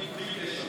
אני כולי קשב.